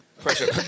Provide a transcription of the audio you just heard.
Pressure